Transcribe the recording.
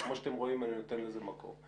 וכמו שאתם רואים אני נותן לזה מקום.